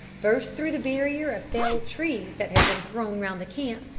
burst through the barrier of felled trees that had been thrown round the camp,